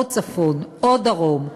או צפון או דרום,